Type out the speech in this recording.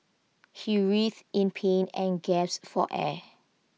he writhed in pain and gasped for air